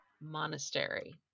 Monastery